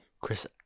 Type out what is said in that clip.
Chris